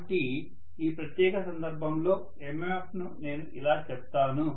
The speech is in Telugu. కాబట్టి ఈ ప్రత్యేక సందర్భంలో MMFను నేను ఇలా చెప్తాను